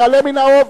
יעלה מן האוב.